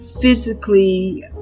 physically